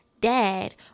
dad